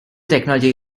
technology